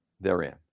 therein